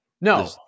No